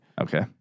Okay